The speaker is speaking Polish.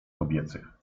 kobiecych